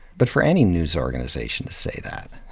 but for any news organization to say that.